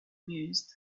mused